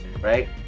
right